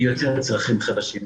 והיא יוצרת צרכים חדשים.